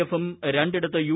എഫും രണ്ടിടത്ത് യു